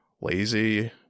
Lazy